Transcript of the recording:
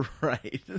Right